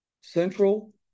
Central